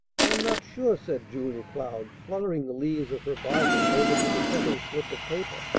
i'm not sure, said julia cloud, fluttering the leaves of her bible over to the second slip of paper.